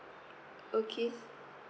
okay